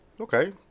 Okay